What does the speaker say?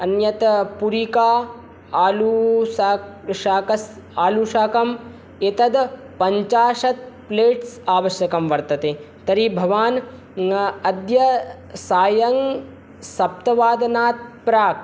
अन्यत् पुरिका आलुसा शाकस् आलुशाकम् एतद् पञ्चाशत् प्लेट्स् आवश्यकं वर्तते तर्हि भवान् अद्य सायं सप्तवादनात् प्राक्